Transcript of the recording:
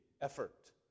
effort